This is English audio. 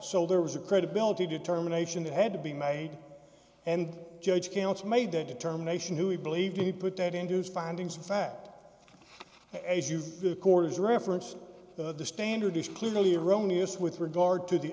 so there was a credibility determination that had to be made and judge made that determination who we believe he put that into findings of fact as you the court is reference that the standard is clearly erroneous with regard to the